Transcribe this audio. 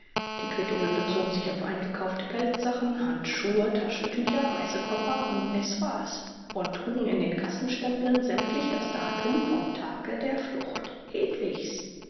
die quittungen bezogen sich auf eingekaufte pelzsachen handschuhe taschentücher reisekoffer und necessaire und trugen in den kassenstempeln sämtlich das datum vom tage der flucht hedwigs